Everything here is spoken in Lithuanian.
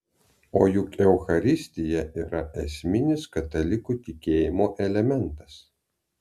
o juk eucharistija yra esminis katalikų tikėjimo elementas